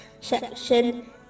section